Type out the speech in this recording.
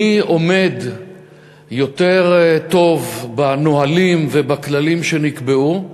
מי עומד יותר טוב בנהלים ובכללים שנקבעו.